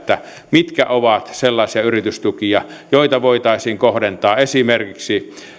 mitkä ovat sellaisia yritystukia joita voitaisiin kohdentaa esimerkiksi